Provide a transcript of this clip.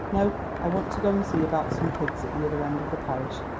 no, i want to go and see about some pigs at the other end of the parish,